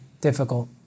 difficult